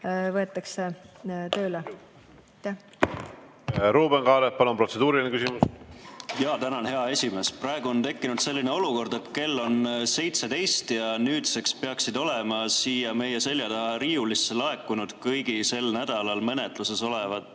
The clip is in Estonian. küsimus! Ruuben Kaalep, palun, protseduuriline küsimus! Tänan, hea esimees! Praegu on tekkinud selline olukord, et kell on 17 ja nüüdseks peaksid olema siia meie selja taha riiulisse laekunud kõigi sel nädalal menetluses olevate